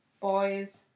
Boys